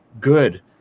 good